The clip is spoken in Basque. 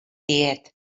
diet